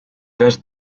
does